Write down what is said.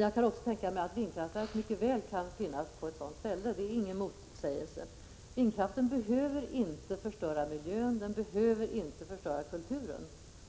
Jag kan också tänka mig att vindkraftverk mycket väl kan finnas på sådana ställen. Det är inte motsägelsefullt. Vindkraften behöver inte förstöra miljön. Den behöver inte förstöra kulturen.